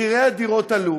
מחירי הדירות עלו,